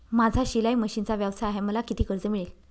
माझा शिलाई मशिनचा व्यवसाय आहे मला किती कर्ज मिळेल?